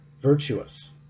virtuous